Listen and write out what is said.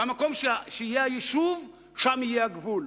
במקום שיהיה היישוב, שם יהיה הגבול.